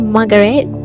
Margaret